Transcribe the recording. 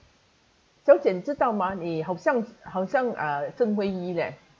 小姐你知道吗你好像好像 uh zheng hui yu leh